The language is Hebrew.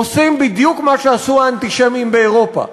עושים בדיוק מה שעשו האנטישמים באירופה.